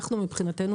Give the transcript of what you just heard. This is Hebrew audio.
מבחינתנו,